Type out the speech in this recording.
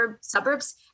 suburbs